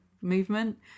movement